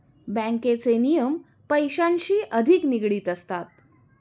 बँकेचे नियम पैशांशी अधिक निगडित असतात